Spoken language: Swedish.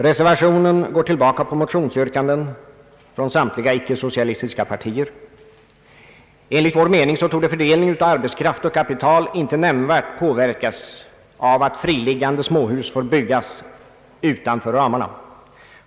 Reservationen går tillbaka på motionsyrkanden från samtliga icke-socialistiska partier. Enligt vår mening torde fördelningen av arbetskraft och kapital inte nämnvärt påverkas av att friliggande småhus får byggas utanför ramarna.